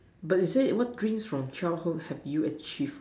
but it say what dream from childhood have you achieved what